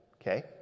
okay